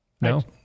No